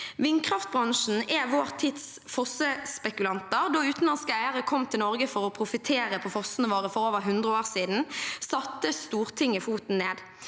Vindkraftbransjen er vår tids fossespekulanter. Da utenlandske eiere kom til Norge for å profittere på fossene våre for over 100 år siden, satte Stortinget foten ned.